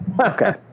okay